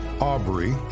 Aubrey